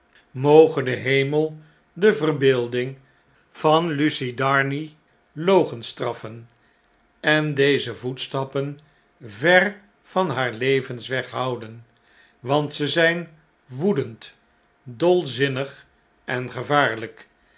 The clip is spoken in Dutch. moge de hemel de verbeelding van lucie darnay logenstraffen en deze voetstappen ver van haar levensweg houden want ze zjjn woedend dolzinnig en gevaarlijk